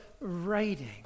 writing